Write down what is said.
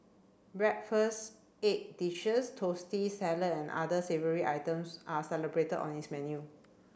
breakfast egg dishes toasties salad and other savoury items are celebrated on its menu